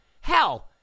Hell